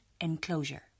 Enclosure